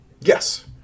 yes